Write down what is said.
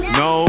no